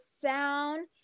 sound